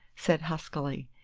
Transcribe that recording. said huskily,